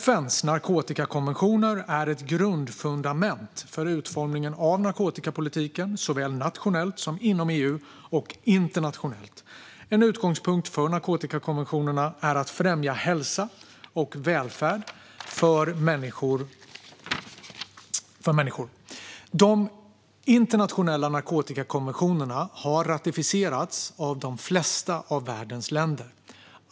FN:s narkotikakonventioner är ett grundfundament för utformningen av narkotikapolitiken, såväl nationellt som inom EU och internationellt. En utgångspunkt för narkotikakonventionerna är att främja hälsa och välfärd för människor. De internationella narkotikakonventionerna har ratificerats av de flesta av världens länder.